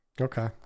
Okay